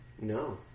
No